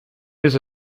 his